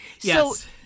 Yes